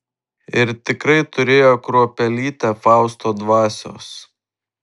ir tikrai turėjo kruopelytę fausto dvasios